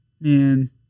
man